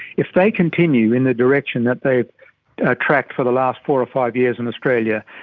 if they continue in the direction that they are tracked for the last four or five years in australia,